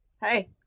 Hey